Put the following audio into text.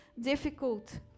difficult